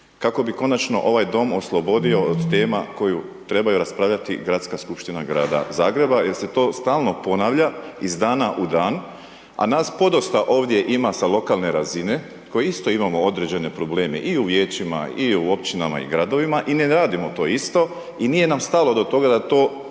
kako bi konačno ovaj Dom oslobodio od tema koju trebaju raspravljati gradska skupština Grada Zagreba, jer se to stalno ponavlja iz dana u dan. A nas podosta ovdje ima sa lokalne razine, koji isto imamo određene probleme i u vijećima i u općinama i gradovima i ne radimo to isto i nije nam stalo do toga da to radimo